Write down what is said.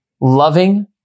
loving